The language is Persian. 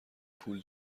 پول